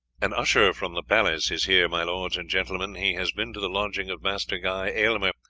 an usher from the palace is here, my lords and gentlemen. he has been to the lodging of master guy aylmer,